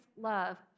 love